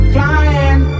Flying